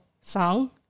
song